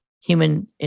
human